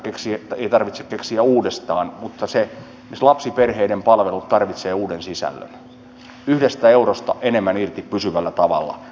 pyörää ei tarvitse keksiä uudestaan mutta esimerkiksi lapsiperheiden palvelut tarvitsevat uuden sisällön yhdestä eurosta enemmän irti pysyvällä tavalla